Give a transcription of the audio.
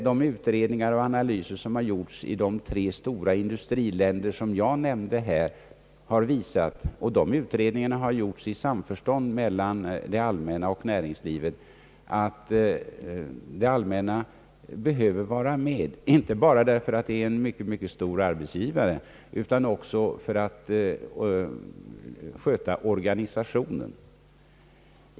Men de utredningar och analyser som i samförstånd mellan det allmänna och näringslivet gjorts i de tre industriländer som jag nämnde visar att det allmänna behöver vara med, inte bara därför att det allmänna är en mycket stor arbetsgivare, utan också för att det allmänna skall sköta organisationen.